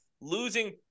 losing